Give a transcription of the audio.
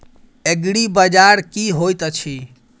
एग्रीबाजार की होइत अछि?